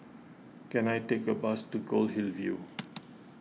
can I take a bus to Goldhill View